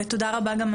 ותודה רבה גם,